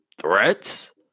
threats